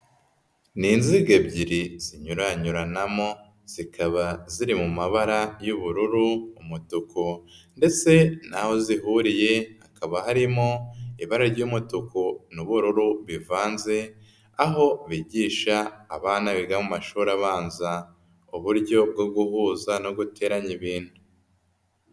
Ni inziga ebyiri zinyuranyuranamo, zikaba ziri mu mabara y'ubururu, umutuku ndetse n'aho zihuriye, hakaba harimo ibara ry'umutuku n'ubururu bivanze, aho bigisha abana biga mu mashuri abanza, uburyo bwo guhuza no guteranya ibintu.